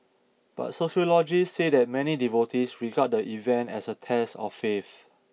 but sociologists say that many devotees regard the event as a test of faith